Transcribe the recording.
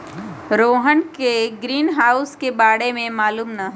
रोहन के ग्रीनहाउस के बारे में मालूम न हई